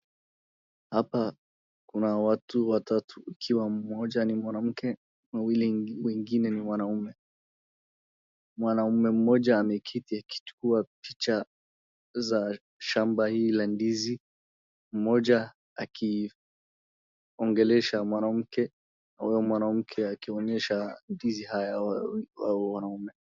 Hapa kuna watu watatu, ikiwa mmoja ni mwanamke, wawili wengine ni wanaume. Mwanaume mmoja ameketi akichukua picha za shamba hii la ndizi. Mmoja akiongelesha mwanamke, na huyo mwanamke akionyesha ndizi haya hao wanaume.